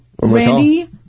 Randy